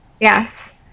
yes